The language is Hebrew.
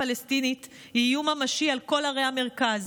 פלסטינית זהו איום ממשי על כל ערי המרכז.